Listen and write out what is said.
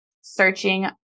searching